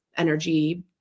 energy